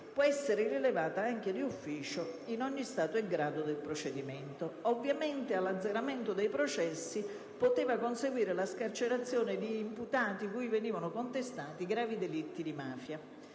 può essere rilevata anche d'ufficio in ogni stato e grado del procedimento. Ovviamente, all'azzeramento dei processi poteva conseguire la scarcerazione di imputati cui venivano contestati gravi delitti di mafia.